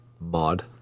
mod